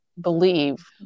believe